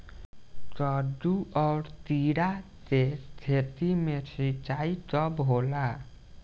कदु और किरा के खेती में सिंचाई कब होला?